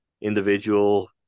individual